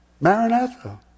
maranatha